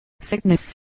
sickness